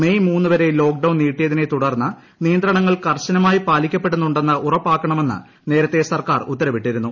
May മൂന്നു വരെ lockdown നീട്ടിയതിനെ തുടർന്ന് നിയന്ത്രണങ്ങൾ കർശനമായി പാലിക്കപ്പെടുന്നുണ്ടെന്ന് ഉറപ്പാക്കണമെന്ന് നേരത്തെ സർക്കാർ ഉത്തരവിട്ടിരുന്നു